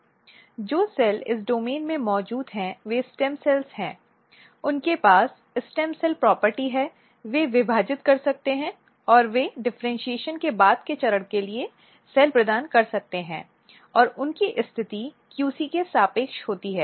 जो सेल इस डोमेन में मौजूद हैं वे स्टेम सेल हैं उनके पास स्टेम सेल प्रॉपर्टी है वे विभाजित कर सकते हैं और वे डिफरेन्शीऐशन के बाद के चरण के लिए सेल प्रदान कर सकते हैं और उनकी स्थिति QC के सापेक्ष होती है